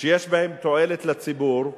שיש בהן תועלת לציבור,